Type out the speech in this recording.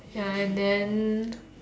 ya and then